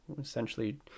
essentially